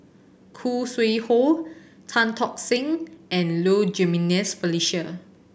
Khoo Sui Hoe Tan Tock San and Low Jimenez Felicia